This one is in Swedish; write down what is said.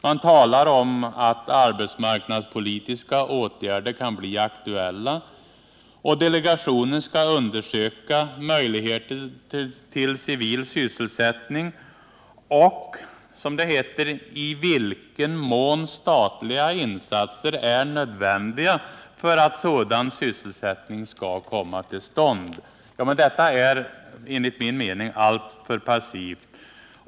Man talar vidare om att arbetsmarknadspolitiska åtgärder kan bli aktuella och att delegationen skall undersöka möjligheter till civil sysselsättning och, som det heter, ”i vilken mån statliga insatser är nödvändiga för att sådan sysselsättning skall komma till stånd”. Detta är enligt min mening alltför passivt.